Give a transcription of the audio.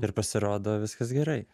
ir pasirodo viskas gerai